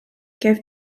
gave